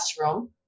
classroom